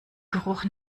geruch